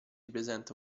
presenta